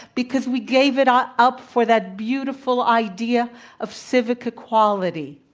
because we gave it um up for that beautiful idea of civic equality.